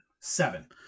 Seven